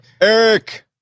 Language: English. Eric